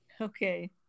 Okay